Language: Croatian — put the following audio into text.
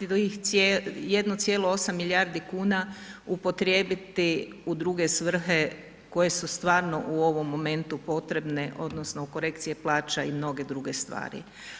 1,8 milijardi kuna upotrijebiti u druge svrhe koje su stvarno u ovom momentu potrebne odnosno u korekciji plaća i mnoge druge stvari.